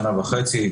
שנה וחצי,